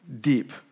Deep